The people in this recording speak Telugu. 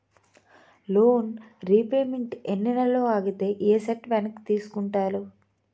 లోన్ రీపేమెంట్ ఎన్ని నెలలు ఆగితే ఎసట్ వెనక్కి తీసుకుంటారు?